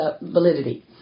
validity